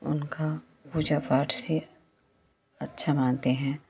उनका पूजा पाठ से अच्छा मानते हैं